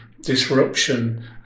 disruption